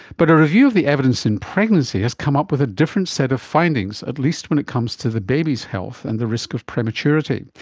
but a review of the evidence in pregnancy has come up with a different set of findings, at least when it comes to the baby's health and the risk of prematurity.